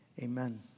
amen